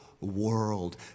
world